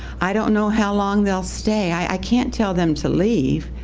i don't know how long they'll stay. i can't tell them to leave,